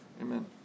Amen